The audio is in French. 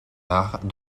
arts